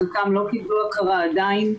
חלקם לא קיבלו הכרה עדיין.